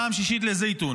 פעם שישית לזייתון.